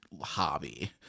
hobby